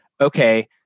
okay